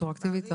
רטרואקטיבית,